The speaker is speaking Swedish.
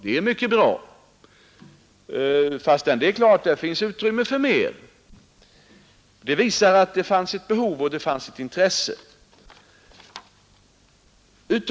Det är mycket bra, men det finns utrymme för mera. Det visar att det föreligger ett behov och ett intresse.